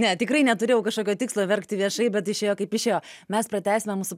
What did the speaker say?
ne tikrai neturėjau kažkokio tikslo verkti viešai bet išėjo kaip išėjo mes pratęsime mūsų